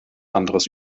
anderes